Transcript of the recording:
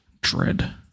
Dread